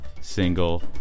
single